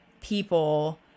people